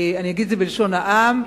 אגיד את זה בלשון העם,